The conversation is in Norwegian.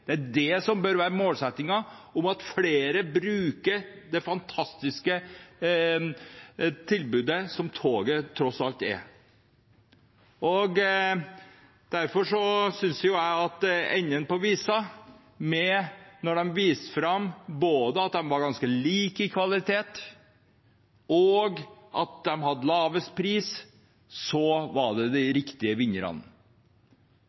det er det som bør være målsettingen: at flere skal bruke det fantastiske tilbudet som toget tross alt er. Derfor synes jeg enden på visa var at de var de riktige vinnerne – når det viste seg at de var ganske like på kvalitet, og at de hadde lavest pris. Så har det